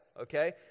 Okay